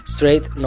Straight